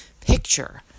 picture